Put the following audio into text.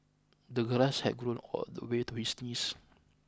the grass had grown all the way to his knees